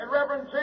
Reverend